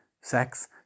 sex